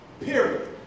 period